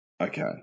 Okay